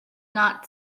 not